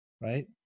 right